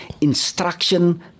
instruction